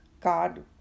God